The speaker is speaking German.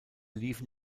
liefen